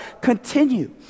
Continue